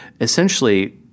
essentially